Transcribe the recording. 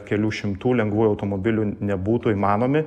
kelių šimtų lengvųjų automobilių nebūtų įmanomi